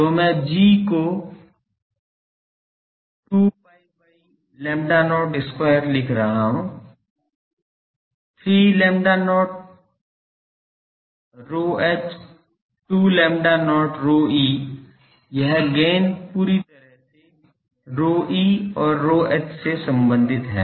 तो मैं G को 2 pi by lambda not square लिख रहा हूँ 3 lambda not ρh 2 lambda not ρe यह गेन पूरी तरह से ρe और ρh से संबंधित है